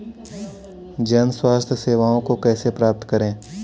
जन स्वास्थ्य सेवाओं को कैसे प्राप्त करें?